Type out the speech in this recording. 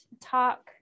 talk